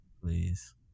please